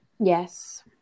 Yes